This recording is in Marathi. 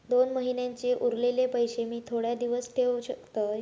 दोन महिन्यांचे उरलेले पैशे मी थोड्या दिवसा देव शकतय?